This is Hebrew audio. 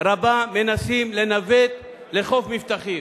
רבה מנסים לנווט לחוף מבטחים.